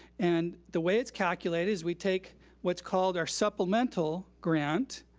and the way it's calculated is we take what's called our supplemental grant.